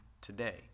today